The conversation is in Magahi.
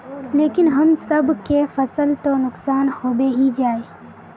लेकिन हम सब के फ़सल तो नुकसान होबे ही जाय?